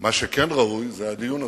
מה שכן ראוי זה הדיון הזה.